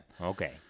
Okay